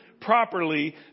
properly